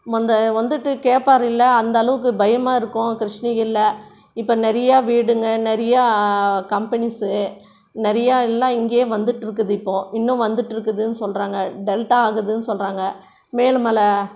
வந்து வந்துட்டு கேட்பாரு இல்லை அந்தளவுக்கு பயமாக இருக்கும் கிருஷ்ணகிரியில் இப்போ நிறையா வீடுங்க நிறையா கம்பெனிஸ்ஸு நிறையா எல்லாம் இங்கேயே வந்துகிட்ருக்குது இப்போது இன்னும் வந்துகிட்ருக்குதுன்னு சொல்கிறாங்க டெல்டா ஆகுதுன்னு சொல்கிறாங்க மேலும் மேலே